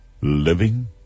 living